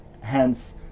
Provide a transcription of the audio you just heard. hence